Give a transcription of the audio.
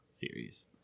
series